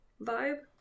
vibe